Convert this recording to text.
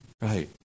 right